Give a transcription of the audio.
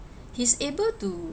he's able to